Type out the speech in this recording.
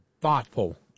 thoughtful